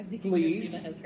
please